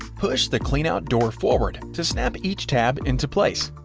push the cleanout door forward to snap each tab into place,